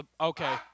Okay